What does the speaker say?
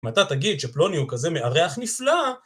אם אתה תגיד שפלוני הוא כזה מארח נפלא